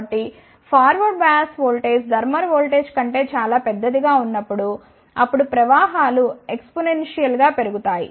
కాబట్టి forward bias voltage thermal voltage కంటే చాలా పెద్దదిగా ఉన్నప్పుడు అప్పుడు ప్రవాహాలు ఏక్స్పొనెన్షియల్ గా పెరుగు తాయి